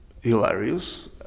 hilarious